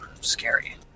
scary